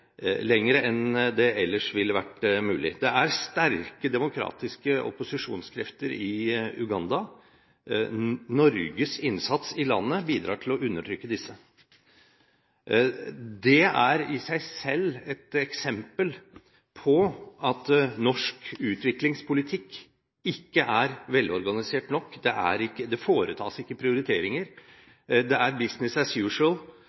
Det er sterke demokratiske opposisjonskrefter i Uganda. Norges innsats i landet bidrar til å undertrykke disse. Det er i seg selv et eksempel på at norsk utviklingspolitikk ikke er velorganisert nok. Det foretas ikke prioriteringer. Det er «business as